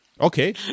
Okay